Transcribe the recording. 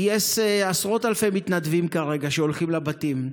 גייס עשרות אלפי מתנדבים שהולכים כרגע לבתים.